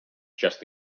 just